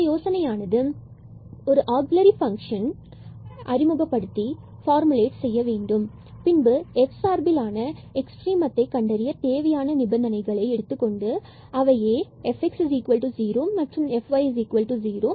இந்த யோசனை ஆனது ஒரு ஆக்சில்லரி பங்க்ஷன் ஐ இந்த phiக்கு முன்னாடி அறிமுகப்படுத்தி பார்முலேட் செய்ய வேண்டும் மற்றும் பின்பு F சார்பிலான எக்ட்ரீமம் கண்டறிய தேவையான நிபந்தனைகள் Fx0 என எடுத்துக் கொண்டு பின்பு அவையே இந்த சமன்பாடு Fy0 ஆகிறது